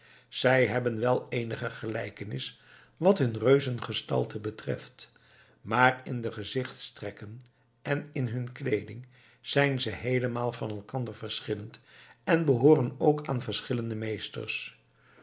zij hebben wel eenige gelijkenis wat hun reuzengestalte betreft maar in de gezichtstrekken en in hun kleeding zijn ze heelemaal van elkander verschillend en behooren ook aan verschillende meesters